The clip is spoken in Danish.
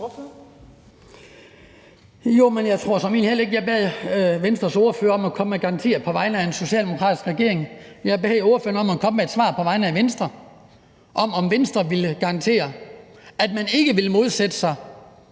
jeg bad Venstres ordfører om at komme med garantier på vegne af en socialdemokratisk regering. Jeg bad ordføreren om at komme med et svar på vegne af Venstre om, om Venstre ville garantere, at man ikke ville modsætte sig,